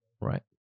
right